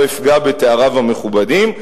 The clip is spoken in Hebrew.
לא אפגע בתאריו המכובדים,